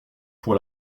pour